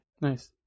Nice